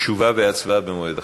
תשובה והצבעה במועד אחר.